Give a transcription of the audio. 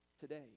today